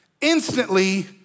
instantly